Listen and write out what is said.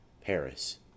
Paris